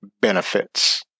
benefits